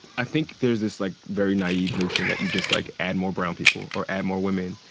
i think there's this, like, very naive notion that you just, like, add more brown people or add more women,